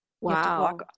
Wow